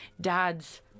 dad's